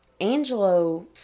Angelo